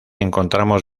encontramos